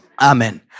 Amen